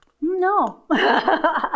No